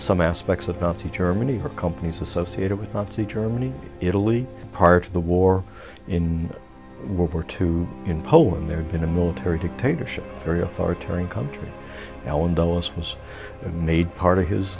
some aspects of nazi germany for companies associated with nazi germany italy part of the war in world war two in poland there'd been a military dictatorship very authoritarian country allen dulles was made part of his